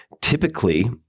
Typically